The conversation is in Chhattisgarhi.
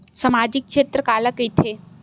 सामजिक क्षेत्र काला कइथे?